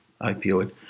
opioid